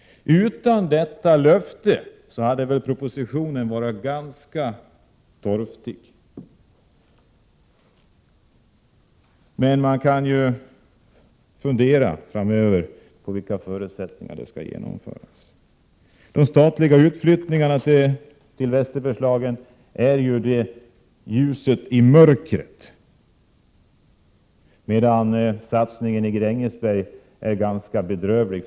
Utan detta löfte hade propositionen varit ganska torftig. Man kan dock framöver fundera på under vilka förutsättningar detta skall genomföras. De statliga utflyttningarna till Västerbergslagen är ljuset i mörkret, medan satsningen i Grängesberg för närvarande är ganska bedrövlig.